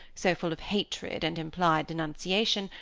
so full of hatred and implied denunciation,